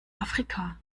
afrika